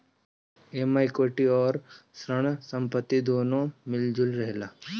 एमे इक्विटी अउरी ऋण संपत्ति दूनो मिलल जुलल रहेला